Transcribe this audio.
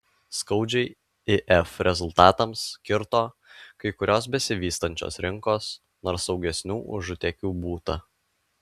skaudžiai if rezultatams kirto kai kurios besivystančios rinkos nors saugesnių užutėkių būta